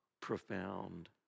profound